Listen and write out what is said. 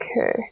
okay